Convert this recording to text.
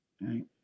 right